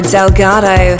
Delgado